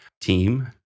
team